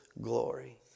glory